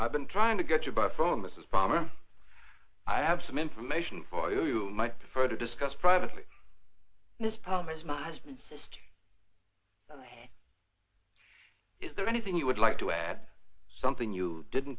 i've been trying to get you by phone mrs palmer i have some information for you you might prefer to discuss privately this problem is not is there anything you would like to add something you didn't